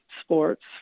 sports